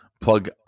plug